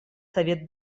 совет